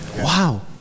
Wow